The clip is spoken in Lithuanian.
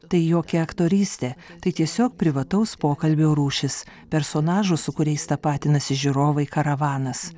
tai jokia aktorystė tai tiesiog privataus pokalbio rūšis personažo su kuriais tapatinasi žiūrovai karavanas